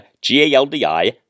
G-A-L-D-I